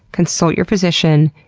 consult your physician,